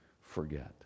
forget